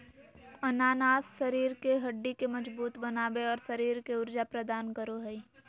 अनानास शरीर के हड्डि के मजबूत बनाबे, और शरीर के ऊर्जा प्रदान करो हइ